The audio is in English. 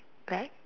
right